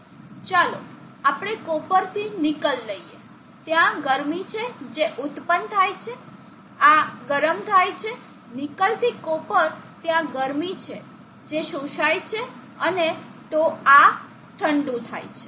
ચાલો આપણે કોપરથી નિકલ લઈએ ત્યાં ગરમી છે જે ઉત્પન્ન થાય છે આ ગરમ થાય છે નિકલ થી કોપર ત્યાં ગરમી છે જે શોષાય છે અને તો આ ઠંડુ થાય છે